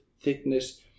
thickness